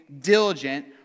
diligent